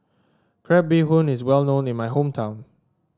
Crab Bee Hoon is well known in my hometown